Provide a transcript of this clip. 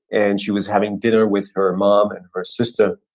and she was having dinner with her mom and her sister.